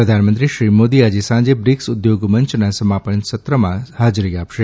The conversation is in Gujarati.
પ્રધાનમંત્રી શ્રી મોદી આજે સાંજે બ્રિકસ ઉદ્યોગ મંયના સમાપન સત્રમાં હાજરી આપશે